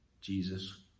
Jesus